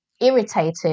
irritated